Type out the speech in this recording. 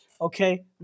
Okay